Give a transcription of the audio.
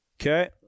Okay